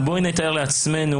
בואו נתאר לעצמנו,